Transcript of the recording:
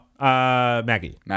Maggie